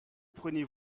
prenez